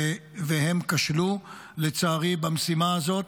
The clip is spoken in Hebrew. ולצערי, הם כשלו במשימה הזאת.